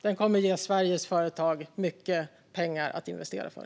Den kommer att ge Sveriges företag mycket pengar att investera för.